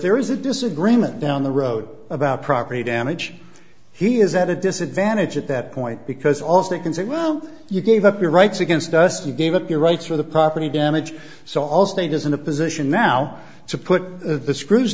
there is a disagreement down the road about property damage he is at a disadvantage at that point because allstate can say well you gave up your rights against us you gave up your rights for the property damage so all state is in a position now to put the screws